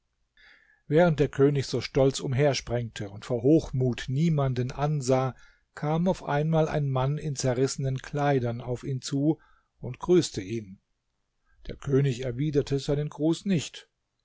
während der könig so stolz umhersprengte und vor hochmut niemanden ansah kam auf einmal ein mann in zerrissenen kleidern auf ihn zu und grüßte ihn der könig erwiderte seinen gruß nicht